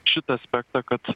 šitą aspektą kad